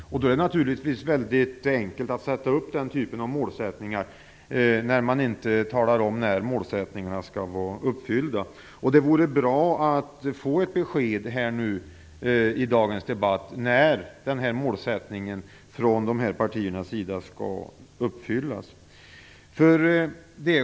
Det är naturligtvis väldigt enkelt att ha den typen av målsättningar när man inte talar om när målsättningarna skall vara uppfyllda. Det vore bra att få ett besked i dagens debatt om när målsättningen från dessa partiers sida skall uppfyllas.